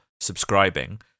subscribing